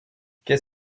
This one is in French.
qu’est